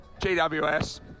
GWS